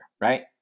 right